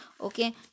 okay